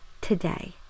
today